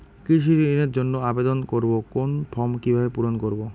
কৃষি ঋণের জন্য আবেদন করব কোন ফর্ম কিভাবে পূরণ করব?